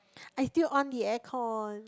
I still on the aircon